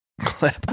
clip